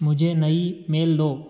मुझे नई मेल दो